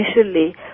initially